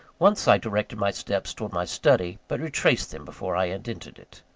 once i directed my steps towards my study but retraced them before i had entered it.